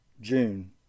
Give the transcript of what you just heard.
June